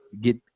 get